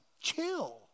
chill